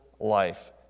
life